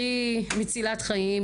הכי מצילת חיים,